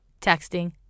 texting